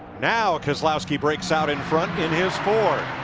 now keslowski breaks out in front in his ford.